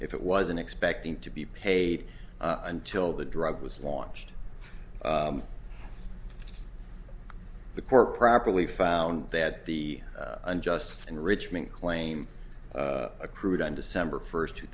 if it wasn't expecting to be paid until the drug was launched the court properly found that the unjust enrichment claim accrued on december first two